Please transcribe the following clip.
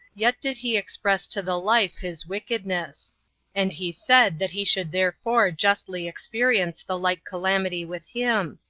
yet did he express to the life his wickedness and he said that he should therefore justly experience the like calamity with him,